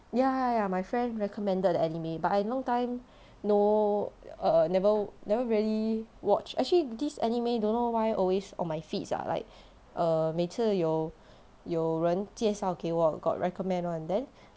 ya ya ya my friend recommended the anime but I long time no err never never really watch actually this anime don't know why always on my feed sia like err 每次有有人介绍给我 got recommend [one] then